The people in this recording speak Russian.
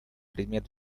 предмет